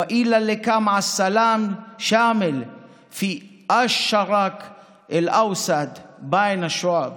אנו מקווים לשלום מלא במזרח התיכון בין העמים).